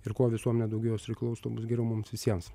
ir kuo visuomenė daugiau jos reikalaus tuo bus geriau mums visiems